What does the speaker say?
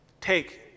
Take